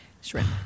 shrimp